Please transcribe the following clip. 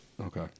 Okay